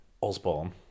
Osborne